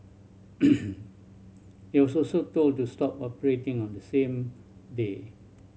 it also told to stop operating on the same day